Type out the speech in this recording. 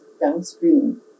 downstream